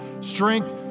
strength